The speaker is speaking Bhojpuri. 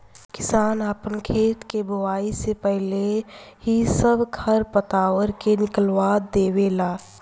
किसान आपन खेत के बोआइ से पाहिले ही सब खर पतवार के निकलवा देवे ले